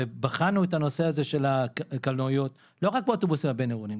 ובחנו את הנושא של הקלנועיות לא רק באוטובוסים הבין-עירוניים,